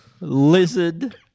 lizard